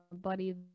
Buddy